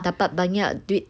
dapat banyak duit